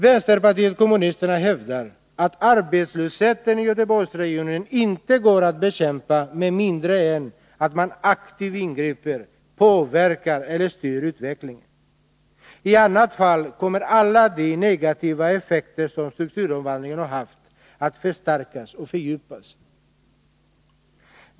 Vänsterpartiet kommunisterna hävdar att arbetslösheten i Göteborgsregionen inte går att bekämpa med mindre än att man aktivt ingriper och påverkar eller styr utvecklingen. I annat fall kommer alla de negativa effekter som strukturomvandlingen har haft att förstärkas och fördjupas.